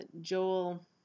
Joel